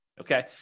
Okay